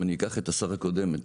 אם אני אקח את השר הקודם,